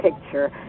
picture